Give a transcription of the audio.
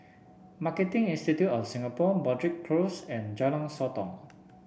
Marketing Institute of Singapore Broadrick Close and Jalan Sotong